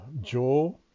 Joe